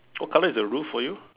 what colour is the roof for you